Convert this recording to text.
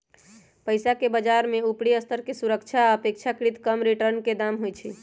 पइसाके बजार में उपरि स्तर के सुरक्षा आऽ अपेक्षाकृत कम रिटर्न के दाम होइ छइ